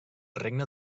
regne